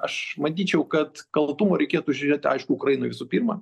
aš manyčiau kad kaltumo reikėtų žiūrėti aišku ukrainoj visų pirma